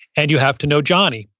and you have to know johnny.